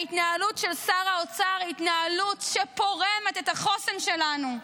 ההתנהלות של שר האוצר היא התנהלות שפורמת את החוסן שלנו.